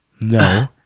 No